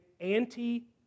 anti